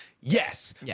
yes